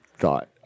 thought